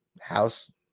house